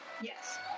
Yes